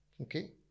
Okay